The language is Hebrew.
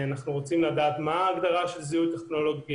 אנחנו רוצים לדעת מה ההגדרה של זיהוי טכנולוגי,